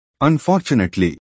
Unfortunately